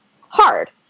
hard